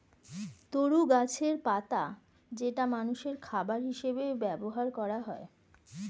তরু গাছের পাতা যেটা মানুষের খাবার হিসেবে ব্যবহার করা হয়